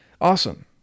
Awesome